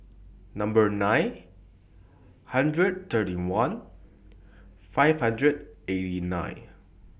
Number nine hundred thirty one five hundred eighty nine